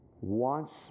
wants